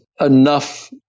enough